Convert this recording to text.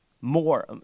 more